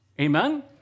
Amen